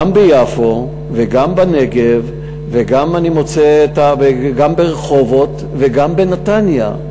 גם ביפו וגם בנגב וגם ברחובות וגם בנתניה,